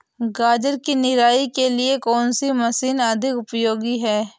गाजर की निराई के लिए कौन सी मशीन अधिक उपयोगी है?